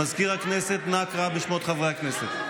מזכיר הכנסת, נא קרא בשמות חברי הכנסת.